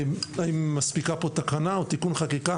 אם מספיקה פה תקנה או תיקון חקיקה,